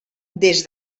des